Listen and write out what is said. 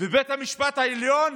ובית המשפט העליון